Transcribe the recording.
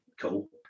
cool